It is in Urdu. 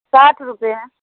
ساٹھ روپے ہیں